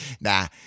nah